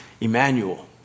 Emmanuel